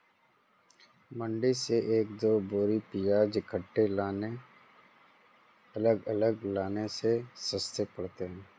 मंडी से एक दो बोरी प्याज इकट्ठे लाने अलग अलग लाने से सस्ते पड़ते हैं